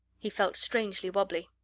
he felt strangely wobbly.